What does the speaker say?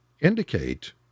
indicate